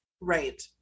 Right